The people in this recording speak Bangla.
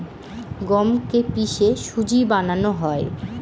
গমকে কে পিষে সুজি বানানো হয়